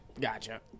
gotcha